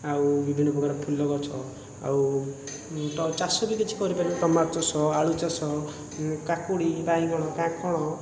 ଆଉ ବିଭିନ୍ନ ପ୍ରକାର ଫୁଲ ଗଛ ଆଉ ଟ ଚାଷ ବି କିଛି କରିପାରିବେ ଟମାଟୋ ଚାଷ ଆଳୁ ଚାଷ କାକୁଡ଼ି ବାଇଗଣ କାଙ୍କଡ଼